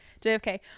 jfk